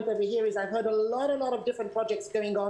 אני מקבל בלי סוף שיחות טלפון שאומרים: